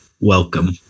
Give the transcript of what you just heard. Welcome